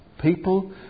people